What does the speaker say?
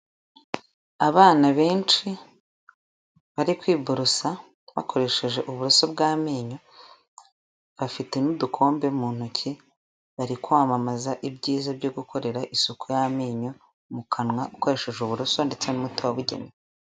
Abana benshi bari kwiborosa bakoresheje uburoso bw'amenyo bafite n'udukombe mu ntoki, bari kwamamaza ibyiza byo gukorera isuku y'amenyo mu kanwa ukoresheje uburoso ndetse n'umuti wabugenewe.